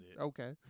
Okay